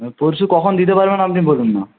পরশু কখন দিতে পারবেন আপনি বলুন না